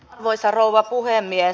arvoisa rouva puhemies